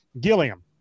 Gilliam